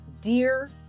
dear